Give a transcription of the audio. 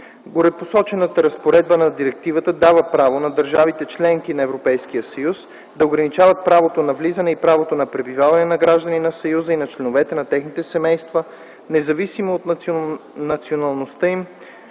Горепосочената разпоредба на Директивата дава право на държавите – членки на ЕС да ограничават правото на влизане и правото на пребиваване на граждани на Съюза и на членове на техните семейства, независимо от националността им,